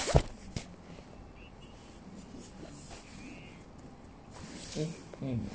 mm